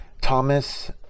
Thomas